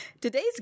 Today's